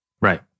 right